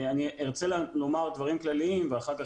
ארצה לומר דברים כלליים ואחר כך,